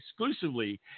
exclusively